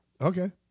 Okay